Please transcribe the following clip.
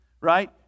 right